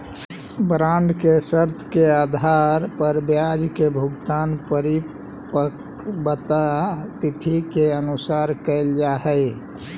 bond के शर्त के आधार पर ब्याज के भुगतान परिपक्वता तिथि के अनुसार कैल जा हइ